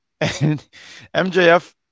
MJF